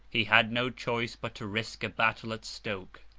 he had no choice but to risk a battle at stoke.